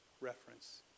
reference